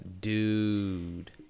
dude